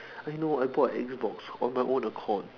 I know I bought Xbox on my own accord